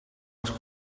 was